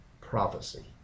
prophecy